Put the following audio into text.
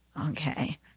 Okay